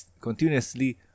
continuously